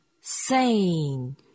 sane